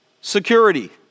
security